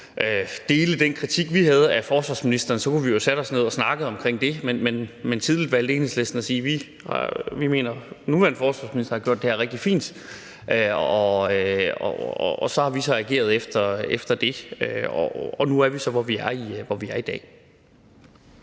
dele den kritik, vi havde af forsvarsministeren, kunne vi jo have sat os ned og have snakket om det, men tidligt valgte Enhedslisten at sige, at de mente, at den nuværende forsvarsminister har gjort det her rigtig fint, og så har vi så ageret efter det, og nu er vi så, hvor vi er i dag.